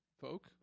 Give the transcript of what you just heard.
Folk